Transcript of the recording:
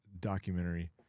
documentary